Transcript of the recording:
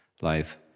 life